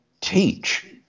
teach